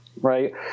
right